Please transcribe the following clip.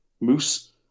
Moose